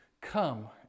come